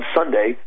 Sunday